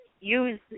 use